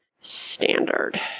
standard